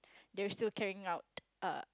they are still carrying out uh